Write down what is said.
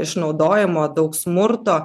išnaudojimo daug smurto